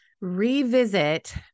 revisit